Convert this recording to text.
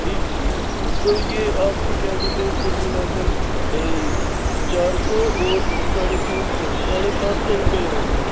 ٹھیک ٹھیک تو یہ آپ کے کیا کہتے ہیں کل ملا کر چارسو اور ساڑھے تین سو ساڑھے سات سو روپیے ہوگیے